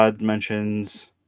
mentions